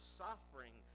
suffering